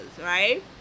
right